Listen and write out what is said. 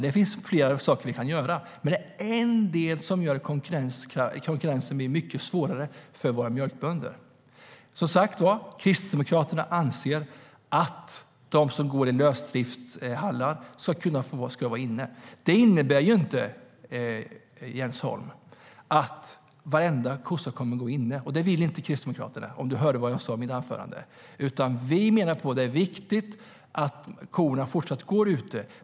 Det finns flera saker vi kan göra. Men det är en del som gör att konkurrensen blir mycket svårare för våra mjölkbönder. Kristdemokraterna anser att de kor som går i lösdriftshallar ska kunna vara inne. Det innebär inte, Jens Holm, att varenda kossa kommer att gå inne. Det vill inte Kristdemokraterna, om du hörde vad jag sa i mitt anförande. Vi menar att det är viktigt att korna fortsatt går ute.